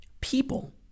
People